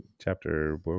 chapter